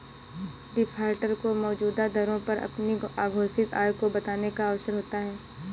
defaulter को मौजूदा दरों पर अपनी अघोषित आय को बताने का अवसर होता है